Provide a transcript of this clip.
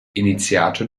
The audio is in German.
initiator